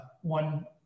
One